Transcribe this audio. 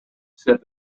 said